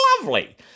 lovely